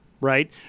right